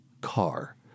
car